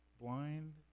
blind